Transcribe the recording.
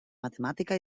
matemàtica